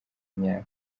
myaka